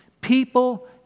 People